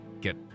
get